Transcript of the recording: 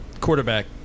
quarterback